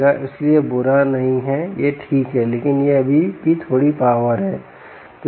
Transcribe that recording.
इसलिए यह बुरा नहीं है यह ठीक है लेकिन यह अभी भी थोड़ी पॉवर है